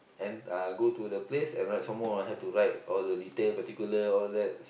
and uh go to the place and write some more have to write all the detail particular all that s~